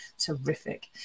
terrific